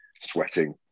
sweating